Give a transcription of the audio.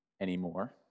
anymore